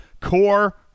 core